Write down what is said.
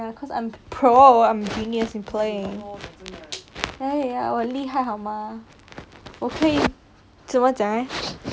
I'm pro I'm genius play !aiya! 我厉害好吗我可以真么讲 eh